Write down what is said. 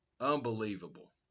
unbelievable